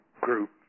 group